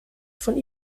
von